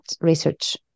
research